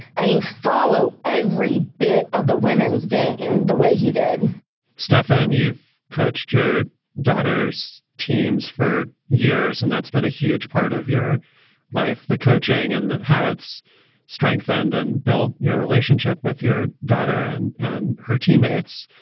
i mean, follow every bit of the women's game the way he did stefan, you've coached your daughters teams for years and that's been a huge part of your life, the coaching and how it's strengthened and built your relationship with your daughter and and her teammates.